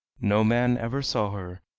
no man ever saw her,